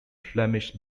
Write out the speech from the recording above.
flemish